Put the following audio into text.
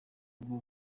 ubwo